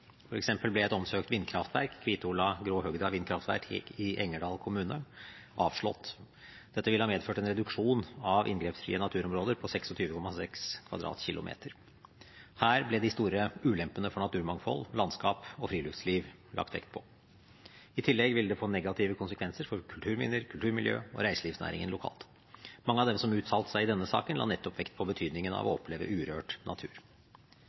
ble et omsøkt vindkraftverk, Kvitvola–Gråhøgda vindkraftverk i Engerdal kommune, avslått. Dette ville ha medført en reduksjon av inngrepsfrie naturområder på 26,6 km 2 . Her ble de store ulempene for naturmangfold, landskap og friluftsliv lagt vekt på. I tillegg ville det få negative konsekvenser for kulturminner, kulturmiljø og reiselivsnæringen lokalt. Mange av dem som uttalte seg i denne saken, la nettopp vekt på betydningen av å oppleve urørt natur.